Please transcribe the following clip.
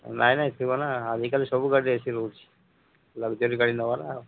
ନାହିଁ ନାଇ ଥିବ ନା ଆଜିକାଲି ସବୁ ଗାଡ଼ି ଏସି ରହୁଛି ଲକ୍ସରୀ ଗାଡ଼ି ନେବ ନା ଆଉ